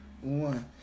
one